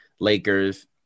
Lakers